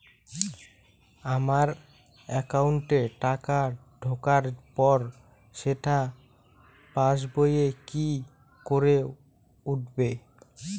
আমার একাউন্টে টাকা ঢোকার পর সেটা পাসবইয়ে কি করে উঠবে?